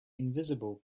invisible